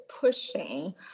pushing